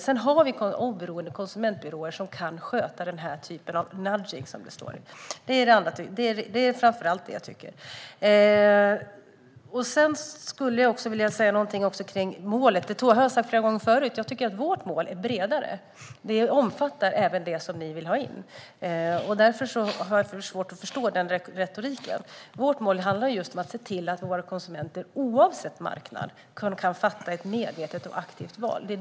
Sedan har vi oberoende konsumentbyråer som kan sköta den här typen av nudging, som det står om. Det är framför allt det jag tycker. Jag vill också säga någonting om målet. Det har jag sagt flera gånger förut. Jag tycker att vårt mål är bredare. Det omfattar även det som ni vill ha in. Därför har jag svårt att förstå retoriken. Vårt mål handlar om att se till att våra konsumenter oavsett marknad kan göra ett medvetet och aktivt val.